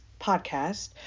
podcast